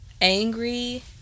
angry